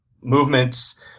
movements